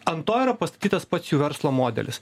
ant to yra pastatytas pats jų verslo modelis